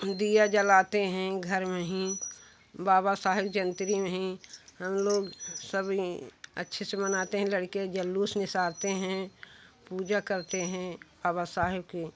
दिया जलाते हैं घर में ही बाबा साहेब जयंती में है हम लोग सभी अच्छे से मनाते हैं लड़के जुलूस में जाते हैं पूजा करते है बाबा साहेब की